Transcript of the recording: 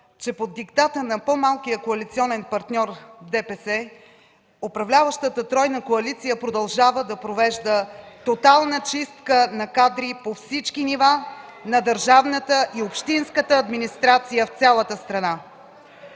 че под диктата на по-малкия коалиционен партньор ДПС, управляващата тройна коалиция продължава да провежда тотална чистачка на кадри по всички нива на държавната и общинската администрация в цялата страна.